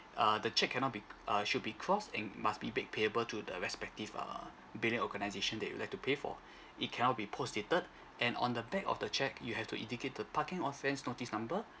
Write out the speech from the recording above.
uh the cheque cannot be uh should be crossed and must be make payable to the respective err billing organisation that you like to pay for it cannot be postdated and on the back of the cheque you have to indicate the parking offence notice number